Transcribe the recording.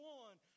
one